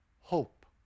hope